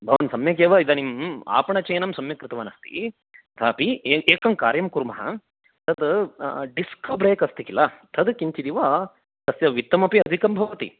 भवान् सम्यगेव इदानीम् आपणचयनं सम्यक्कृतवानस्ति तथापि एकं कार्यं कुर्मः तत् डिस्क् ब्रेक् अस्ति खिल तत् किञ्चिदिव तस्य वित्तमपि अधिकं भवति